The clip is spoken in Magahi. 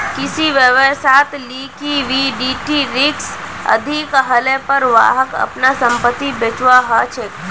किसी व्यवसायत लिक्विडिटी रिक्स अधिक हलेपर वहाक अपनार संपत्ति बेचवा ह छ